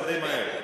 זה די מהר.